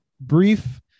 brief